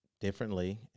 differently